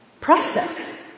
process